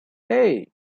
hey